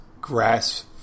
grass